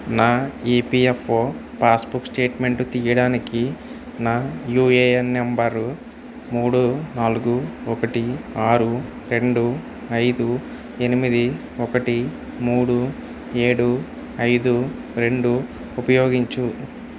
నా EPFO passbook statement తీయడానికి నా యూఏఎన్ నంబరు మూడు నాలుగు ఒకటి ఆరు రెండు ఐదు ఎనిమిది ఒకటి మూడు ఏడు ఐదు రెండు ఉపయోగించు